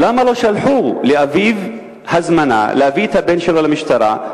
למה לא שלחו לאב הזמנה להביא את הבן שלו למשטרה,